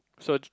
search